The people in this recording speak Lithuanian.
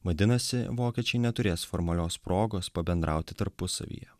vadinasi vokiečiai neturės formalios progos pabendrauti tarpusavyje